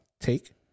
Take